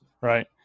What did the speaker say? right